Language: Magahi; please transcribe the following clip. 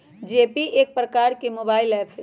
जीपे एक प्रकार के मोबाइल ऐप हइ